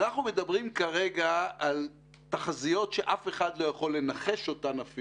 אנחנו מדברים כרגע על תחזיות שאף אחד לא יכול לנחש אותם,